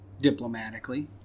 diplomatically